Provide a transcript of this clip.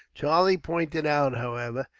charlie pointed out, however,